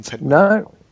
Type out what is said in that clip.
No